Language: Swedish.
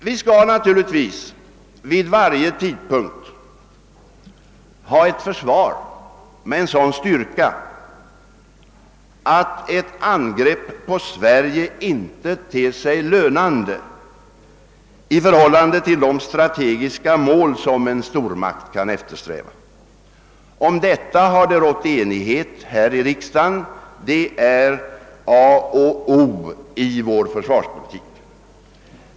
Vi skall naturligtvis vid varje tidpunkt ha ett försvar med en sådan styrka, att ett angrepp på Sverige inte ter sig lönande i förhållande till de strategiska mål, som en stormakt kan eftersträva. Därom har det rått enighet här i riksdagen, det är A och O i vår försvarspolitik.